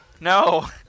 No